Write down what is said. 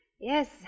Yes